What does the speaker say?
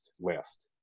list